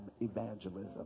evangelism